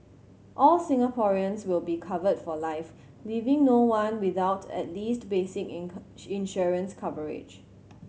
all Singaporeans will be covered for life leaving no one without at least basic insurance coverage